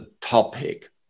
topic